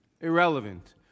irrelevant